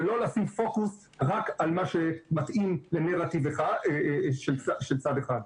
ולא לשים פוקוס רק על מה שמתאים לנרטיב של צד אחד.